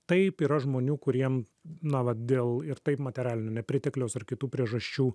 taip yra žmonių kuriem na vat dėl ir taip materialinio nepritekliaus ar kitų priežasčių